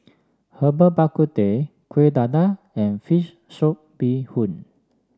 Herbal Bak Ku Teh Kuih Dadar and fish soup Bee Hoon